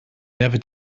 never